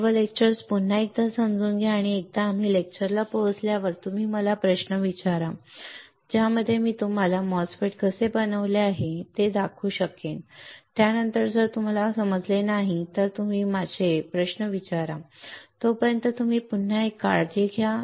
सर्व लेक्चर्स पुन्हा एकदा समजून घ्या आणि एकदा आम्ही लेक्चरला पोहोचल्यावर तुम्ही मला प्रश्न विचारा ज्यामध्ये मी तुम्हाला MOSFET कसे बनवले आहे ते दाखवू शकेन त्यानंतर जर तुम्हाला समजले नाही तर तुम्ही माझे प्रश्न विचारा ठीक आहे तोपर्यंत तुम्ही पुन्हा एकदा काळजी घ्या